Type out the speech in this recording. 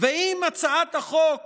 ואם הצעת חוק